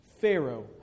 Pharaoh